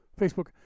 Facebook